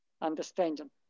understanding